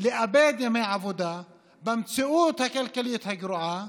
לאבד ימי עבודה במציאות הכלכלית הגרועה